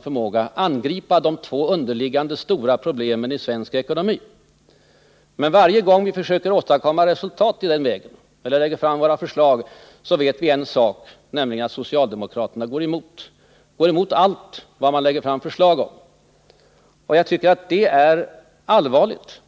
förmåga gemensamt angripa de två underliggande stora problemen i svensk ekonomi. Men varje gång vi lägger fram våra förslag för att nå resultat vet vi en sak, nämligen att socialdemokraterna går emot. De går emot allt vi lägger fram förslag om. Jag tycker att det är allvarligt.